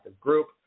Group